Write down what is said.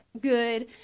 good